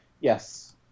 Yes